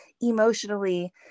emotionally